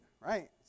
right